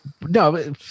No